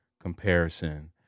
comparison